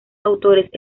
autores